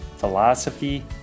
Philosophy